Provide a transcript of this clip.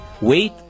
wait